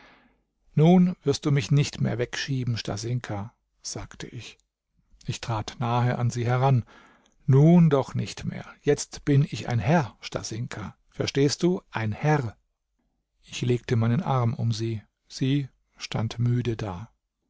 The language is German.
nun wirst du mich doch nicht wegschieben stasinka sagte ich ich trat nahe an sie heran nun doch nicht mehr jetzt bin ich ein herr stasinka verstehst du ein herr ich legte meinen arm um sie sie stand müde da